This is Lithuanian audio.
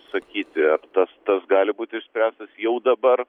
sakyti ar tas tas gali būti išspręstas jau dabar